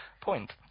point